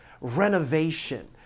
renovation